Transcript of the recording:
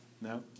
No